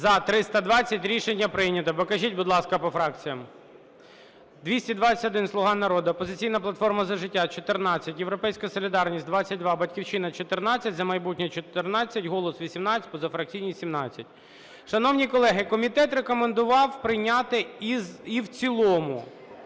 За-320 Рішення прийнято. Покажіть, будь ласка, по фракціях. 221 – "Слуга народу", "Опозиційна платформа – За життя" – 14, "Європейська солідарність" – 22, "Батьківщина" – 14, "За майбутнє" – 14, "Голос"– 18, позафракційні – 17. Шановні колеги, комітет рекомендував прийняти і в цілому.